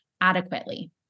adequately